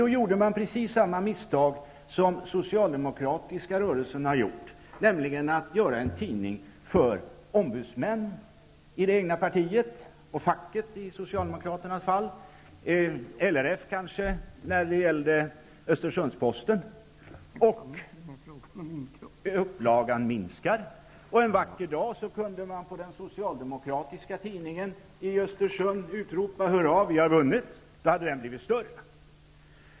Då gjorde man precis samma misstag som den socialdemokratiska rörelsen har gjort, nämligen att göra en tidning för ombudsmän i det egna partiet och, i Socialdemokraternas fall, för facket. När det gällde Östersundsposten var det kanske för LRF. Upplagan minskade, och en vacker dag kunde man på den socialdemokratiska tidningen i Östersund utropa: Hurra, vi har vunnit. Då hade den tidningen blivit större.